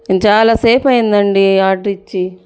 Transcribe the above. చాలా సేపు అయింది అండీ ఆర్డర్ ఇచ్చి